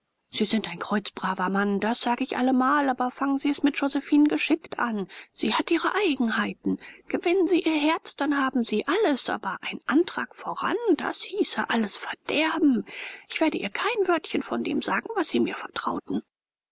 sie sind ein kreuzbraver mann das sag ich allemal aber fangen sie es mit josephinen geschickt an sie hat ihre eigenheiten gewinnen sie ihr herz dann haben sie alles aber ein antrag voran das hieße alles verderben ich werde ihr kein wörtchen von dem sagen was sie mir vertrauten